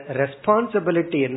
responsibility